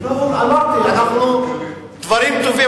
אז אמרתי שדברים טובים,